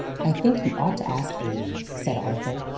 i think you ought to ask eighty, said arthur.